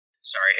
Sorry